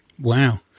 wow